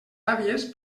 àvies